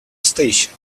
station